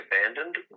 abandoned